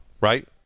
right